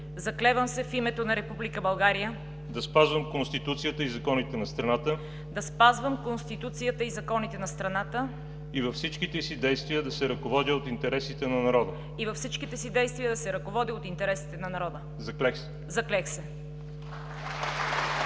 „Заклевам се в името на Република България да спазвам Конституцията и законите на страната и във всичките си действия да се ръководя от интересите на народа. Заклех се!“